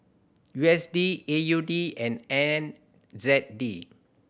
U S D A U D and N Z D